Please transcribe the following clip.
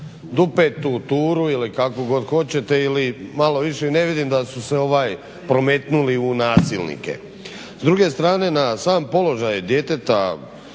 dupetu, turu ili kako god hoćete ili malo više. Ne vidim da su se prometnuli u nasilnike. S druge strane na sam položaj djeteta